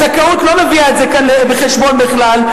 הזכאות לא מביאה את זה כאן בחשבון בכלל.